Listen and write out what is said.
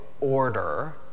order